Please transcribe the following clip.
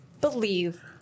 believe